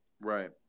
Right